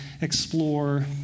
explore